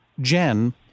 Jen